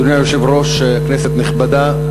אדוני היושב-ראש, כנסת נכבדה,